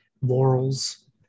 morals